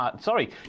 sorry